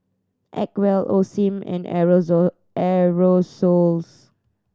Acwell Osim and Aerosoles